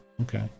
okay